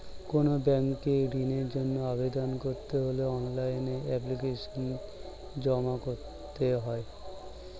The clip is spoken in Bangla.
কোনো ব্যাংকে ঋণের জন্য আবেদন করতে হলে অনলাইনে এপ্লিকেশন জমা করতে হয়